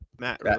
Matt